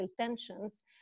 tensions